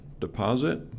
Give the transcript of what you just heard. deposit